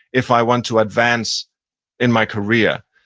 if i want to advance in my career,